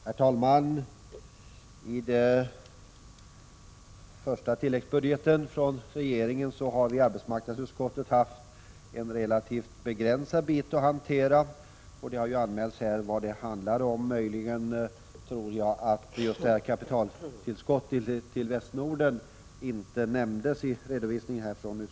Herr talman! Beträffande regeringens tilläggsbudget I har arbetsmarknadsutskottet haft en ganska begränsad bit att hantera. Det har ju redan sagts vad det rör sig om. Möjligen nämnde utskottets talesman inte kapitaltillskottet till Västnorden i sin redogörelse.